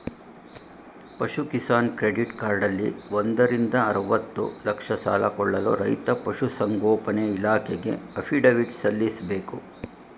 ಪಶು ಕಿಸಾನ್ ಕ್ರೆಡಿಟ್ ಕಾರ್ಡಲ್ಲಿ ಒಂದರಿಂದ ಅರ್ವತ್ತು ಲಕ್ಷ ಸಾಲ ಕೊಳ್ಳಲು ರೈತ ಪಶುಸಂಗೋಪನೆ ಇಲಾಖೆಗೆ ಅಫಿಡವಿಟ್ ಸಲ್ಲಿಸ್ಬೇಕು